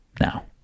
Now